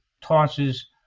tosses